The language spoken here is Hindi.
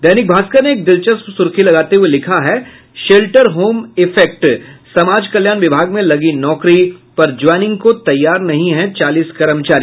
दैनिक भास्कर ने एक दिलचस्प सुर्खी लगाते हुये लिखा है शेल्टर होम इफेक्टः समाज कल्याण विभाग में लगी नौकरी पर ज्वाइनिंग को तैयार नहीं हैं चालीस कर्मचारी